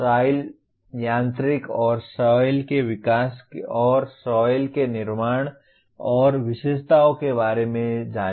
soil यांत्रिकी और soil के विकास और सॉइल के निर्माण और विशेषताओं के बारे में जानें